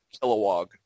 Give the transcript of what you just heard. Kilowog